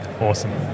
Awesome